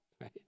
Right